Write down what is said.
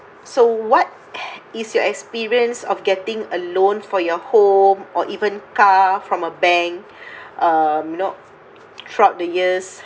so what is your experience of getting a loan for your home or even car from a bank um you know throughout the years